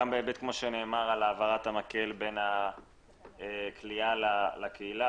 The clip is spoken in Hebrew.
גם בהיבט של העברת המקל בין הכליאה לקהילה.